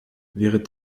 wehret